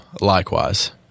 likewise